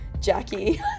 Jackie